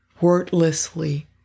wordlessly